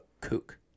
kook